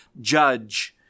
judge